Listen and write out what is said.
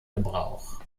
gebrauch